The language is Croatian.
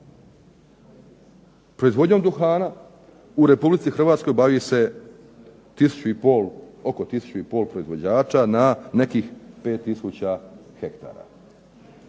Proizvodnjom duhana u Republici Hrvatskoj bavi se 1500, oko 1500 proizvođača na nekih 5 tisuća hektara.